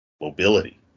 mobility